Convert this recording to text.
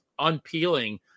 unpeeling